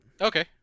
Okay